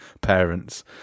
parents